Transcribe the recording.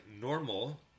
normal